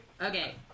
Okay